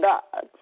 God